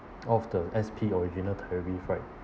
of the S_P original tariff right